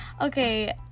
Okay